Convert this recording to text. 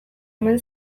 omen